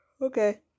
Okay